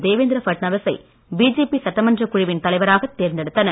தேவேந்திர ஃபட்நவீசை பிஜேபி சட்டமன்றக் குழுவின் தலைவராக தேர்ந்தெடுத்தனர்